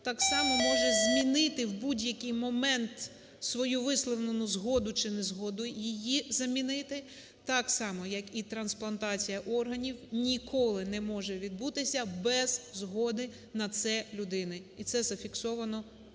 так само може змінити в будь-який момент свою висловлену згоду чи не згоду, її замінити так само як і трансплантація органів ніколи не може відбутися без згоди на це людини, і це зафіксовано нашим